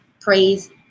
praise